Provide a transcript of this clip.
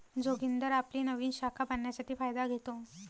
जोगिंदर आपली नवीन शाखा बांधण्यासाठी फायदा घेतो